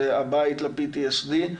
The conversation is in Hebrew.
זה הבית ל-PTSD,